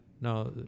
Now